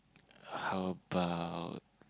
how about